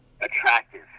attractive